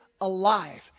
Alive